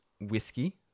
whiskey